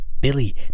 Billy